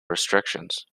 restrictions